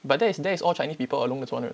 but that is that is all chinese people are 龙的传人